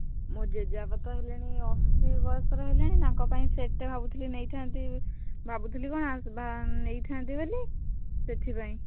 ମୋ ଜେଜେବାପା ତ ହେଲେଣି ଅଶି ବୟସର ହେଲେଣି ତାଙ୍କପାଇଁ ସେଟ୍ଟେ ଭାବୁଥିଲି ନେଇଥାନ୍ତି ଭାବୁଥିଲି କଣ ନେଇଥାନ୍ତି ବୋଲି ସେଥିପାଇଁ